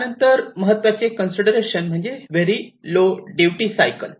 त्यानंतरचे चे महत्वाचे कन्सिडरेशन म्हणजे व्हेरी लो ड्युटी सायकल